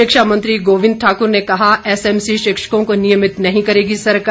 शिक्षा मंत्री गोविंद ठाकुर ने कहा एसएमसी शिक्षकों को नियमित नहीं करेगी सरकार